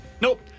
Nope